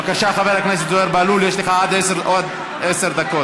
בבקשה, חבר הכנסת זוהיר בהלול, יש לך עד עשר דקות.